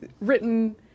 written